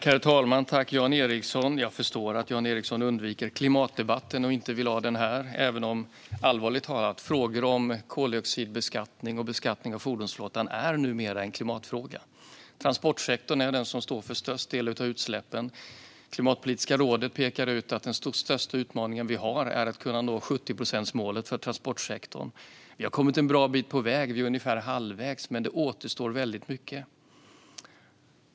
Herr talman! Jag förstår att Jan Ericson undviker klimatdebatten och inte vill ha den här även om, allvarligt talat, frågor om koldioxidbeskattning och beskattning av fordonsflottan numera är en klimatfråga. Transportsektorn står för störst del av utsläppen. Klimatpolitiska rådet pekar ut att den största utmaningen vi har är att nå 70-procentsmålet för transportsektorn. Vi har kommit en bra bit på väg och är ungefär halvvägs, men det återstår mycket.